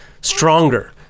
stronger